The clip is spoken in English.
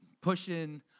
Pushing